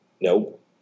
Nope